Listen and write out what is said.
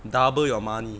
double your money